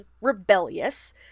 rebellious